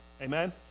Amen